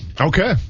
Okay